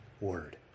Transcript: word